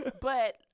But-